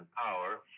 power